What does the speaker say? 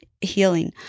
healing